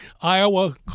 Iowa